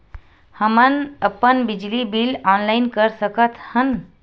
हमन अपन बिजली बिल ऑनलाइन कर सकत हन?